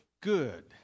good